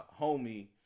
homie